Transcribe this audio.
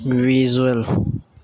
visual